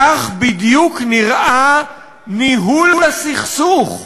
כך בדיוק נראה ניהול הסכסוך.